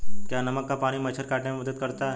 क्या नमक का पानी मच्छर के काटने में मदद करता है?